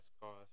cost